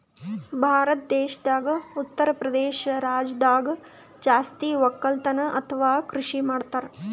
ಭಾರತ್ ದೇಶದಾಗ್ ಉತ್ತರಪ್ರದೇಶ್ ರಾಜ್ಯದಾಗ್ ಜಾಸ್ತಿ ವಕ್ಕಲತನ್ ಅಥವಾ ಕೃಷಿ ಮಾಡ್ತರ್